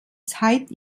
zeit